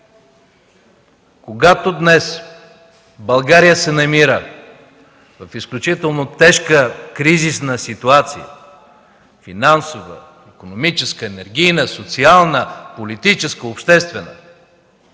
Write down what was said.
Когато днес България се намира в изключително тежка, кризисна ситуация – финансова, икономическа, енергийна, социална, политическа, обществена,